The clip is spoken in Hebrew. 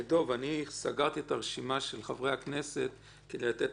סגרתי את הרשימה של חברי הכנסת כדי לתת לאחרים,